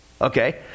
Okay